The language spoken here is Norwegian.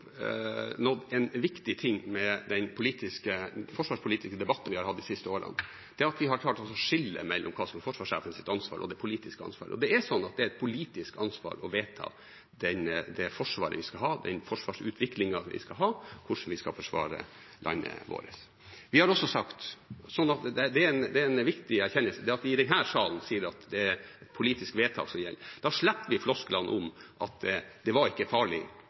en viktig ting med den forsvarspolitiske debatten vi har hatt de siste årene, og det er at vi har klart å skille mellom hva som er forsvarssjefens ansvar, og det politiske ansvaret. Det er et politisk ansvar å vedta det Forsvaret vi skal ha, den forsvarsutviklingen vi skal ha, hvordan vi skal forsvare landet vårt. Det er en viktig erkjennelse at vi i denne salen sier at det er politiske vedtak som gjelder. Da slipper vi flosklene om at det var ikke farlig